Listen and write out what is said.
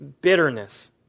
bitterness